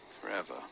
forever